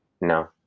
No